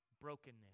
Brokenness